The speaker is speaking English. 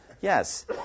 Yes